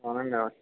అవునండి